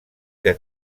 que